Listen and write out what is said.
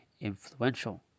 influential